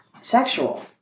sexual